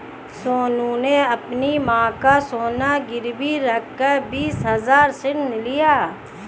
सोनू ने अपनी मां का सोना गिरवी रखकर बीस हजार ऋण लिया